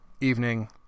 evening